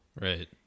Right